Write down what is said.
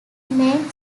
main